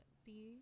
see